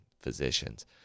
physicians